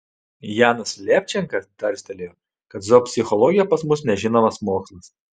janas levčenka tarstelėjo kad zoopsichologija pas mus nežinomas mokslas